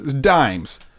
Dimes